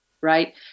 right